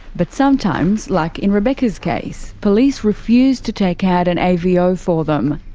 but sometimes like in rebecca's case police refuse to take out an avo for them.